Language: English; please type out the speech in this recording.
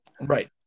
right